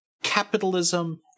capitalism